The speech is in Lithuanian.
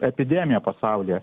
epidemija pasaulyje